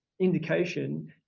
indication